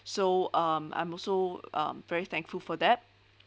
so um I'm also um very thankful for that